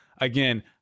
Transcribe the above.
again